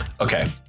Okay